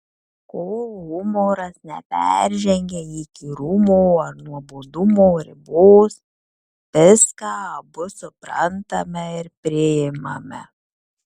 kol humoras neperžengia įkyrumo ar nuobodumo ribos viską abu suprantame ir priimame